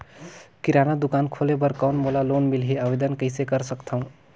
किराना दुकान खोले बर कौन मोला लोन मिलही? आवेदन कइसे कर सकथव?